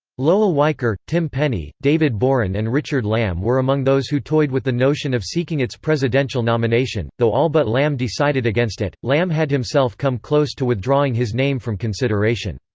lowell weicker, tim penny, david boren and richard lamm were among those who toyed with the notion of seeking its presidential nomination, though all but lamm decided against it lamm had himself come close to withdrawing his name from consideration.